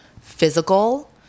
physical